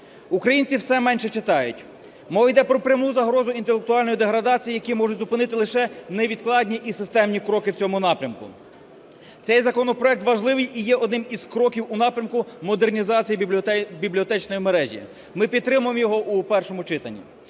Українці все менше читають. Мова йде про пряму загрозу інтелектуальної деградації, яку можуть зупинити лише невідкладні і системні кроки в цьому напрямку. Цей законопроект важливий і є одним із кроків у напрямку модернізації бібліотечної мережі. Ми підтримаємо його в першому читанні.